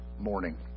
morning